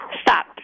stop